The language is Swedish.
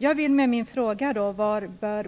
Var båten bör gå? Med den